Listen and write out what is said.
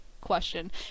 question